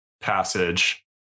passage